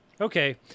Okay